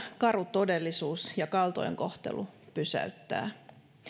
karu todellisuus ja kaltoinkohtelu pysäyttävät